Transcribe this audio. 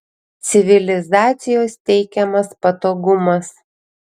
civilizacijos teikiamas patogumas